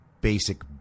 basic